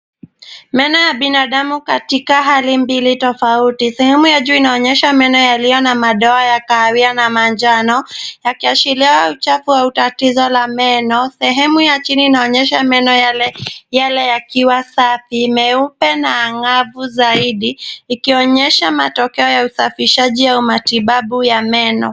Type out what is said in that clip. Meno ya binadamu katika hali mbili tofauti. Sehemu ya juu inaonyesha meno yaliyo na madoa ya kahawia na manjano, yakiashiria uchafu au tatizo la meno. Sehemu ya chini inaonyesha meno yale yakiwa safi, meupe na angavu zaidi ikionyesha matokeo ya usafishaji au matibabu ya meno.